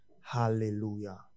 Hallelujah